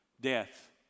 death